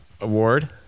award